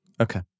Okay